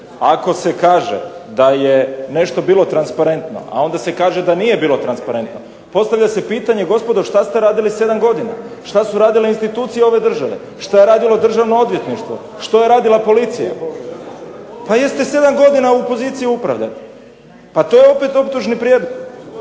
Ako se kaže da je nešto bilo transparentno, a onda se kaže da nije bilo transparentno, postavlja se pitanje gospodo što ste radili 7 godina? Što su radile institucije ove države? Što je radilo Državno odvjetništvo? Što je radila Policija? Pa jeste 7 godina u poziciji upravljanja? Pa to je opet optužni prijedlog.